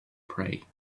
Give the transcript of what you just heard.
pray